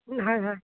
হয় হয়